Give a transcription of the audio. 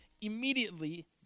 Immediately